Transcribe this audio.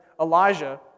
Elijah